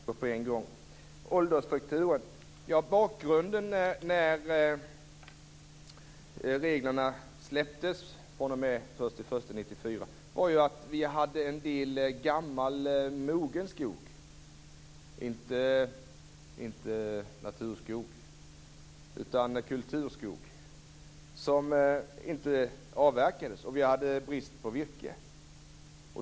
Herr talman! Det var många frågor på en gång. Åldersstrukturen: Bakgrunden när reglerna släpptes den 1 januari 1994 var att vi hade en del gammal, mogen skog, inte naturskog utan kulturskog som inte avverkades, och vi hade brist på virke.